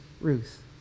Ruth